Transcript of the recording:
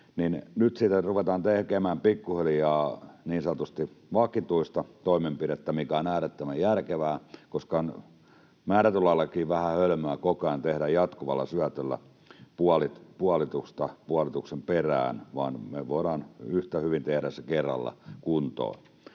nyt ruvetaan tekemään pikkuhiljaa niin sanotusti vakituista toimenpidettä, mikä on äärettömän järkevää, koska on määrätyllä lailla vähän hölmöäkin koko ajan tehdä jatkuvalla syötöllä puolitusta puolituksen perään, kun me voidaan yhtä hyvin tehdä se kerralla kuntoon.